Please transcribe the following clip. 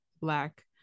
black